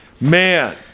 Man